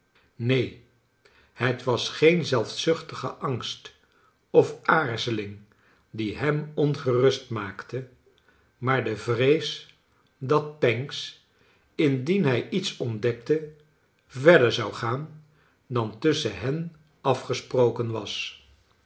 neen het was geen zelfzuchtige angst of aarzeling die hem ongerust maakte maar de vrees dat pancks indien hij iets ontdekte verder zou gaan dan tusschen hen afgesproken was